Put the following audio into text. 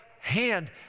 hand